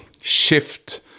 shift